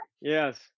yes